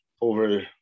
over